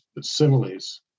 similes